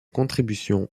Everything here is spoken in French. contributions